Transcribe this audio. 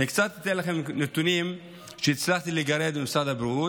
אני אתן לכם קצת נתונים שהצלחתי לגרד ממשרד הבריאות.